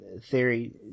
theory